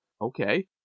okay